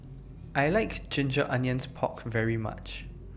I like Ginger Onions Pork very much